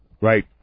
Right